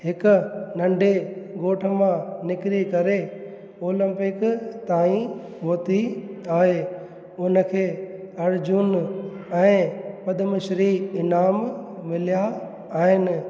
हिकु नंढे ॻोठु मां निकिरी करे ओलंपिक ताईं पहुती आहे उन खे अर्जुन ऐं पदम श्री इनाम मिलिया आहिनि